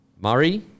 Murray